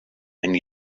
and